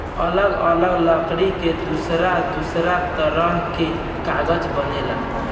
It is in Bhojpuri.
अलग अलग लकड़ी से दूसर दूसर तरह के कागज बनेला